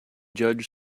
judge